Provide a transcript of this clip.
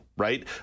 right